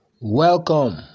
Welcome